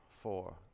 four